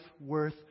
worth